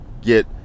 get